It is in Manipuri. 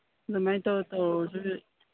ꯑꯗꯨꯝ ꯇꯧꯔ ꯇꯧꯔꯁꯤ